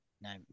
No